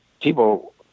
people